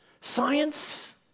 Science